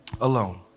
alone